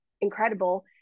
incredible